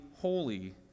holy